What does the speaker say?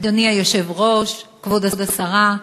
אדוני היושב-ראש, כבוד השרה,